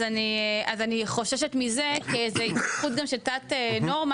אני חוששת מזה, כי זוהי גם התפתחות של תת-נורמה.